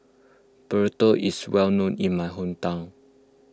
Burrito is well known in my hometown